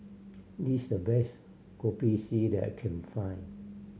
this the best Kopi C that I can find